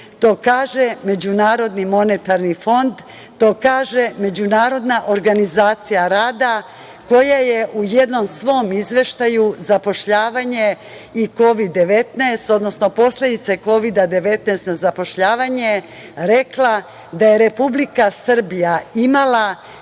ne kažemo samo mi, to kaže MMF, to kaže Međunarodna organizacija rada koja je u jednom svom izveštaju zapošljavanje i Kovid 19, odnosno posledice Kovida 19 na zapošljavanje, rekla da je Republika Srbija imala